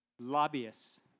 lobbyists